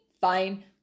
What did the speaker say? fine